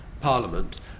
parliament